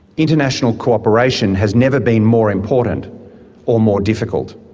international cooperation has never been more important or more difficult.